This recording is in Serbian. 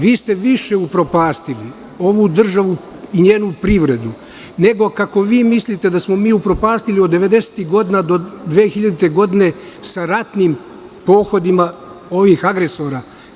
Vi ste više upropastili ovu državu i njenu privredu, nego kako vi mislite da smo mi upropastili od devedesetih godina do 2000. godine sa ratnim pohodima ovih agresora.